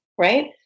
Right